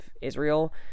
Israel